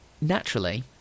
Naturally